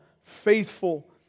Faithful